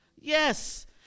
Yes